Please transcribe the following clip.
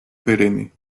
perenne